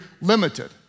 limited